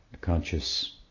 conscious